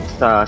sa